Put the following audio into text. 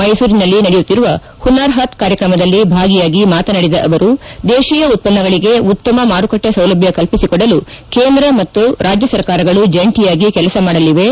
ಮೈಸೂರಿನಲ್ಲಿ ನಡೆಯುತ್ತಿರುವ ಪುನಾರ್ ಹಾಥ್ ಕಾರ್ಯಕ್ರಮದಲ್ಲಿ ಭಾಗಿಯಾಗಿ ಮಾತನಾಡಿದ ಅವರು ದೇತಿಯ ಉತ್ತನ್ನಗಳಗೆ ಉತ್ತಮ ಮಾರುಕಟ್ಟೆ ಸೌಲಭ್ಯ ಕಲ್ಪಿಸಿಕೊಡಲು ಕೇಂದ್ರ ಮತ್ತು ರಾಜ್ಯ ಸರ್ಕಾರಗಳು ಜಂಟಿಯಾಗಿ ಕೆಲಸ ಮಾಡಲಿವೆ